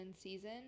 season